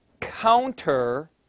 counter